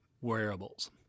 wearables